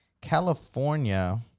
California